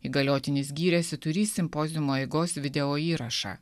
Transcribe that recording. įgaliotinis gyrėsi turįs simpoziumo eigos videoįrašą